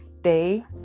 day